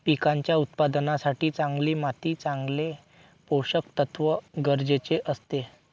पिकांच्या उत्पादनासाठी चांगली माती चांगले पोषकतत्व गरजेचे असते